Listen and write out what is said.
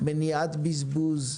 מניעת בזבוז,